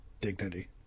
dignity